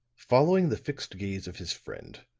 following the fixed gaze of his friend,